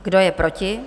Kdo je proti?